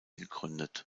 gegründet